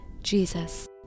jesus